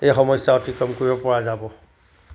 এই সমস্যা অতিক্ৰম কৰিব পৰা যাব